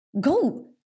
Go